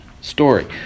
story